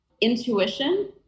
intuition